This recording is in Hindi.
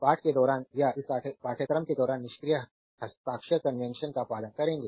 पाठ के दौरान या इस पाठ्यक्रम के दौरान निष्क्रिय हस्ताक्षर कन्वेंशन का पालन करेंगे